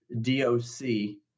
D-O-C